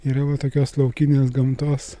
yra va tokios laukinės gamtos